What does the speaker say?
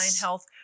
health